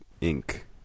Ink